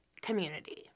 community